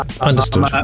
understood